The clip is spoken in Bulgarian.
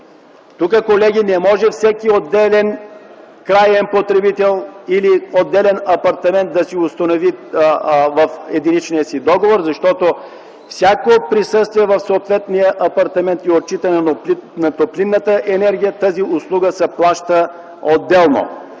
Тук, колеги, не може всеки отделен краен потребител или отделен апартамент да си установи това в единичния си договор, защото всяко присъствие в съответния апартамент и отчитане на топлинната енергия – тази услуга се плаща отделно.